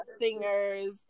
singers